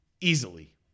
easily